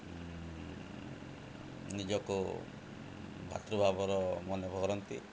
ନିଜକୁ ଭାତୃଭାବର ମନେ ଭରନ୍ତି